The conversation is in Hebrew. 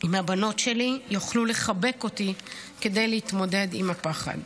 אם הבנות שלי יוכלו לחבק אותי כדי להתמודד עם הפחד.